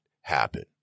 happen